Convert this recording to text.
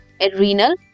adrenal